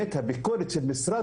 בכלל.